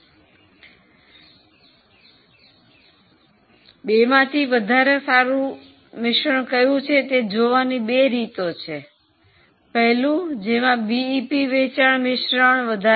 તેથી બેમાંથી કયું વધારે સારી છે તેને જોવાની બે રીતો છે પેહલો જેમાં બીઇપી વેચાણ મિશ્રણથી વધારે છે